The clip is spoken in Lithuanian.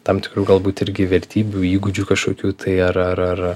tam tikrų galbūt irgi vertybių įgūdžių kažkokių tai ar ar ar